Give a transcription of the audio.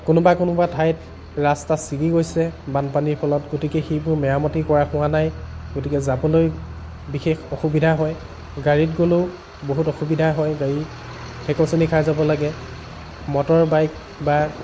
কোনোবা কোনোবা ঠাইত ৰাস্তা চিগি গৈছে বানপানীৰ ফলত গতিকে সেইবোৰ মেৰামতি কৰা হোৱা নাই গতিকে যাবলৈ বিশেষ অসুবিধা হয় গাড়ীত গ'লেও বহুত অসুবিধা হয় গাড়ী ঠেকেচনি খাই যাব লাগে মটৰ বাইক বা